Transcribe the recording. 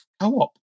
co-op